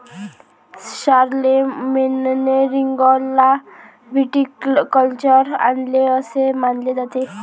शारलेमेनने रिंगौला व्हिटिकल्चर आणले असे मानले जाते